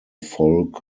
folk